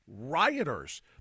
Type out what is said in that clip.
rioters